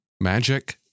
Magic